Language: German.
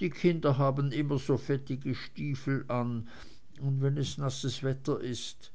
die kinder haben immer so fettige stiefel an und wenn es nasses wetter ist das ist